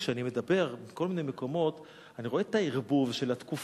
כשאני מדבר בכל מיני מקומות אני רואה את הערבוב של התקופות,